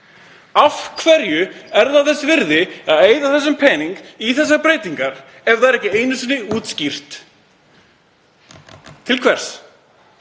Af hverju er það þess virði að eyða þessum pening í þessar breytingar ef það er ekki einu sinni útskýrt? Til hvers?